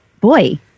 boy